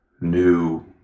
new